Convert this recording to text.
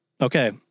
Okay